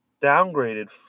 downgraded